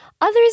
Others